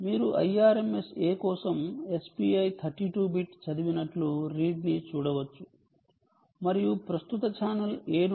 మీరు IrmsA కోసం SPI 32 bit చదివినట్లు రీడ్ ని చూడవచ్చు మరియు ప్రస్తుత ఛానల్ A